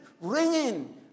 ringing